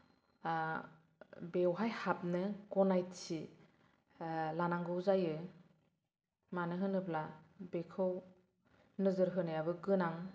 बेवहाय हाबनो गनायथि लानांगौ जायो मानो होनोब्ला बेखौ नोजोर होनायाबो गोनां